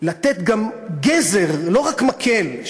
לתת גם גזר, לא רק מקל.